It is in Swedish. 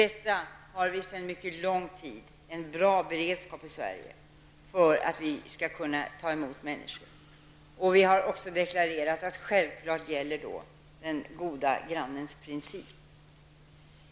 Vi har sedan en mycket lång tid en bra beredskap i Sverige för att vi skall kunna ta emot människor. Vi har också deklarerat att den goda grannens princip då självfallet gäller.